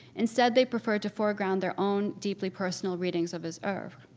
instead, they prefer to foreground their own deeply personal readings of his oeuvre.